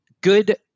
good